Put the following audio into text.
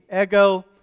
Ego